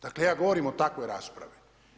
Dakle, ja govorim o takvoj raspravi.